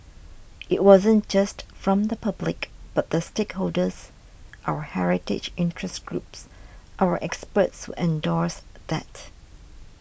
it wasn't just from the public but the stakeholders our heritage interest groups our experts endorsed that